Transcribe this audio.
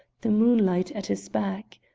the moonlight at his back.